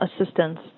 assistance